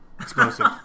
explosive